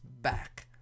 back